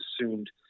assumed